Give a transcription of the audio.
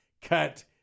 cut